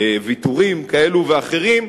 ויתורים כאלה ואחרים,